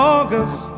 August